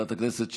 חברת הכנסת שטרית,